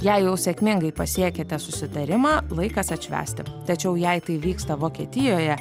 jei jau sėkmingai pasiekėte susitarimą laikas atšvęsti tačiau jei tai vyksta vokietijoje